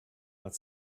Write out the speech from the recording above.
but